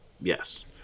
Yes